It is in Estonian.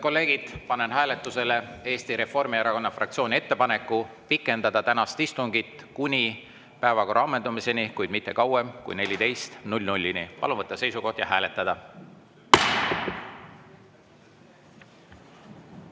kolleegid, panen hääletusele Eesti Reformierakonna fraktsiooni ettepaneku pikendada tänast istungit kuni päevakorra ammendumiseni, kuid mitte kauem kui kella 14‑ni. Palun võtta seisukoht ja hääletada!